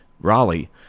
Raleigh